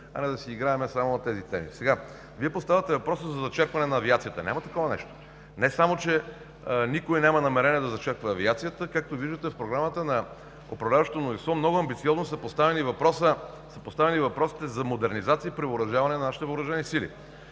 а не да си играем само на тези теми! Вие поставяте въпроса за зачеркване на авиацията. Няма такова нещо! Не само че никой няма намерение да зачерква авиацията, но както виждате, в програмата на управляващото мнозинство много амбициозно са поставени въпросите за модернизацията и превъоръжаването на нашите въоръжени сили.